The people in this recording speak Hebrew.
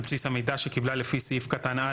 על בסיס המידע שקיבלה לפי סעיף קטן (א),